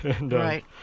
Right